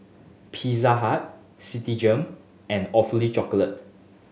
Pizza Hut Citigem and Awfully Chocolate